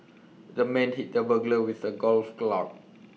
the man hit the burglar with A golf club